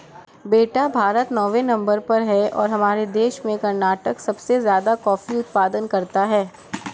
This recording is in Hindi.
बेटा भारत नौवें नंबर पर है और हमारे देश में कर्नाटक सबसे ज्यादा कॉफी उत्पादन करता है